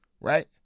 Right